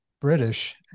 British